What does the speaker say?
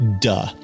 Duh